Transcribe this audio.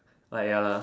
like ya lah